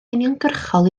uniongyrchol